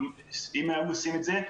אם הם היו עושים את זה,